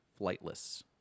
flightless